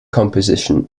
composition